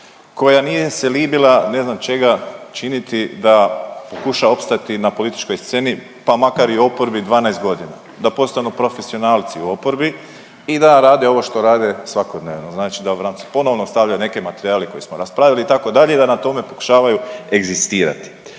koja nije se libila ne znam čega činiti da pokuša opstati na političkoj sceni, pa makar i u oporbi 12.g., da postanu profesionalci u oporbi i da rade ovo što rade svakodnevno, znači da nam se ponovno stavljaju neke materijale koje smo raspravili itd. i da na tome pokušavaju egzistirati.